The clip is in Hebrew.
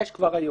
יש כבר היום.